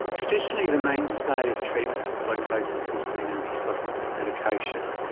traditionally the mainstay of treatment for psychosis has been antipsychotic medication,